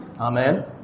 Amen